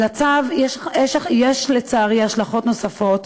לצו יש, לצערי, השלכות נוספות,